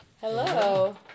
Hello